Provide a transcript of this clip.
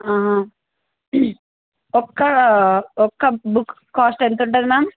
ఒక ఒక book cost ఎంత ఉంటుంది మ్యామ్